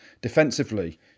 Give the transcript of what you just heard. Defensively